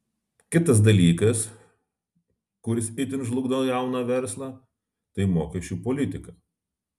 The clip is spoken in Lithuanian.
kitas dalykas kuris itin žlugdo jauną verslą tai mokesčių politika